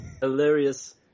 Hilarious